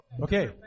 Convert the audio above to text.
Okay